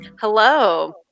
Hello